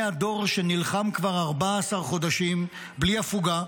הדור שנלחם כבר 14 חודשים בלי הפוגה,